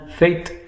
faith